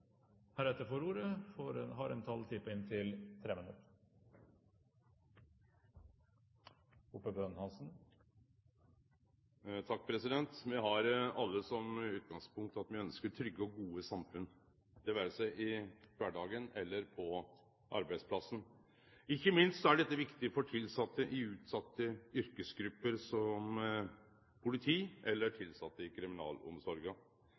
får ordet, har en taletid på inntil 3 minutter. Me har alle som utgangspunkt at me ønskjer trygge og gode samfunn – det vere seg i kvardagen eller på arbeidsplassen. Ikkje minst er dette viktig for tilsette i utsette yrkesgrupper som politi eller tilsette i kriminalomsorga.